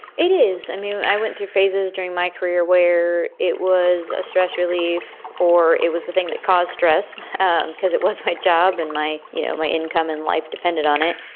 it is. i mean, i went through phases during my career where it was a stress relief or it was the thing that caused stress and because it was my job and my you know, my income and life depended on it.